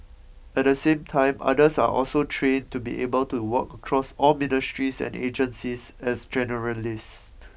at the same time others are also trained to be able to work across all ministries and agencies as generalists